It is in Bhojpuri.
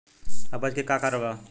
अपच के का कारण बा?